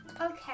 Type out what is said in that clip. Okay